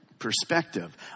perspective